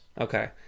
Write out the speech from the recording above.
Okay